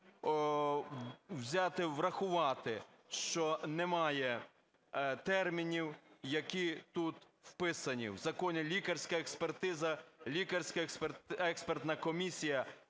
взяти врахувати, що немає термінів, які тут вписані в законі: лікарська експертиза, експертна комісія.